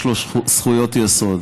יש לו זכויות סוד,